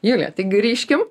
julija tai grįžkim